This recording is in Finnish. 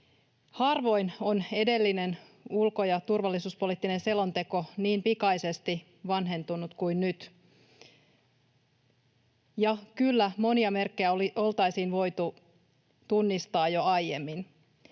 Harvoin on edellinen ulko- ja turvallisuuspoliittinen selonteko niin pikaisesti vanhentunut kuin nyt. Ja kyllä, monia merkkejä olisi voitu tunnistaa jo aiemmin.